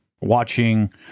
watching